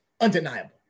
Undeniable